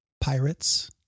Pirates